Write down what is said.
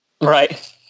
Right